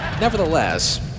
Nevertheless